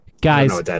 Guys